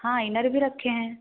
हाँ इनर भी रखे हैं